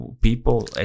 People